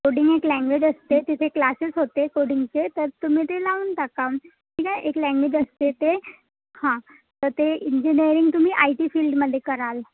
coding एक language असते तिथे क्लासेस होते कोडींगचे तर तुम्ही ते लावून टाका ठीक आहे एक लँग्वेज असते ते हां तर ते इंजिनीयरिंग तुम्ही आय टी फिल्डमध्ये कराल